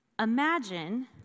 Imagine